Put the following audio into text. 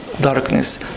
darkness